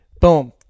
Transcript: boom